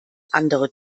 andere